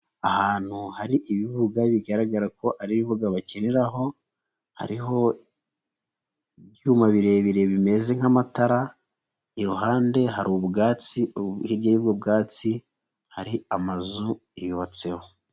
Ahantu hari ibibuga bigaragara ko ari ibibu bakiniraho, hariho ibyuma birebire bimeze nk'amatara, iruhande hari ubwatsi hirya y'ubwo bwatsi hari amazu yubatseho.